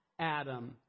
Adam